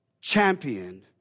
championed